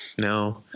no